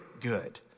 good